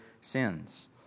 sins